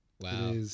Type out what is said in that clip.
Wow